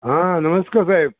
हा नमस्कार साहेब